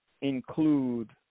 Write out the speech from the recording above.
include